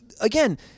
again